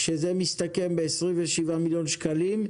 שזה מסתכם ב-27 מיליון שקלים?